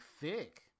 thick